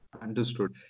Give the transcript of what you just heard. Understood